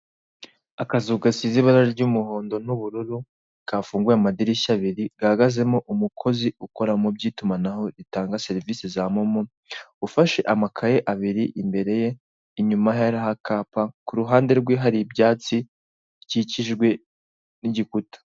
Akazu gasize ibara ry'umuhondo n'ubururu kafunguye amadirishya abiri gahagazemo umukozi ukora mubyitumanaho ritanga serivise za momo ufashe amakaye abiri imbere ye, inyuma ye hariho akapa kuruhande rwe hari ibyatsi bikikijwe n'igikuta.